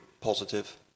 positive